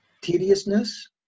tediousness